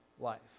life